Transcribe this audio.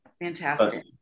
Fantastic